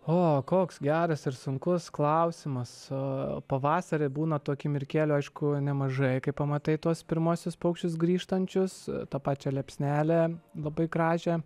o koks geras ir sunkus klausimas pavasarį būna tų akimirkėlių aišku nemažai kai pamatai tuos pirmuosius paukščius grįžtančius tą pačią liepsnelę labai gražią